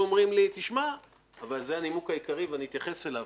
אומרים לי, וזה הנימוק העיקרי, ואני אתייחס אליו